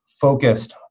focused